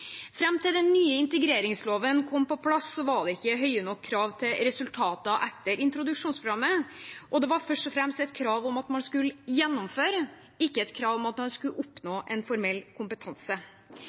til den nye integreringsloven kom på plass, var det ikke høye nok krav til resultater etter introduksjonsprogrammet, og det var først og fremst et krav om at man skulle gjennomføre, ikke et krav om at man skulle oppnå